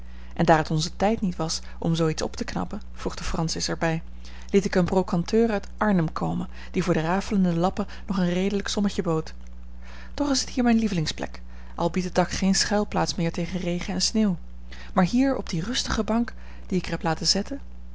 en daar het onze tijd niet was om zoo iets op te knappen voegde francis er bij liet ik een brocanteur uit arnhem komen die voor de rafelende lappen nog een redelijk sommetje bood toch is het hier mijn lievelingsplek al biedt het dak geen schuilplaats meer tegen regen en sneeuw maar hier op die rustige bank die ik er heb laten zetten